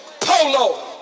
polo